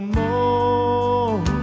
more